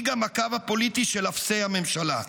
היא גם הקו הפוליטי של אפסי הממשלה,